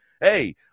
hey